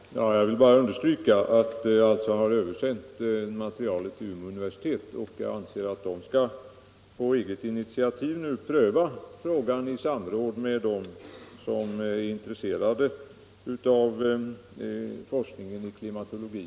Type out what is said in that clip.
Herr talman! Jag vill bara understryka att jag har översänt materialet till Umeå universitet. Jag anser att man nu där på eget initiativ skall pröva frågan i samråd med dem som är intresserade av forskningen i klimatologi.